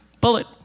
bullet